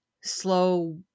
slow